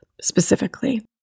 specifically